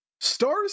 stars